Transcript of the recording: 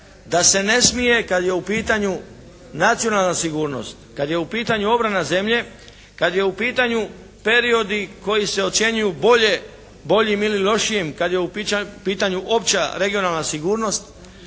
da se ne smije kad je u pitanju nacionalna sigurnost, kada je u pitanju obrana zemlje, kada je u pitanju periodi kada se ocjenjuju boljim ili lošijim, kad je u pitanju opća regionalna sigurnost,